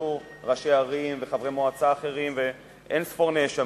והיו ראשי ערים וחברי מועצה אחרים ואין-ספור נאשמים,